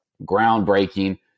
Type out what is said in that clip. groundbreaking